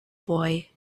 boy